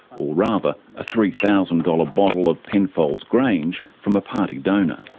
or rather a three thousand dollars bottle of penfolds grange from a party donor.